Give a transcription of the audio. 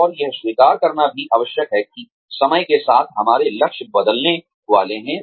और यह स्वीकार करना भी आवश्यक है कि समय के साथ हमारे लक्ष्य बदलने वाले हैं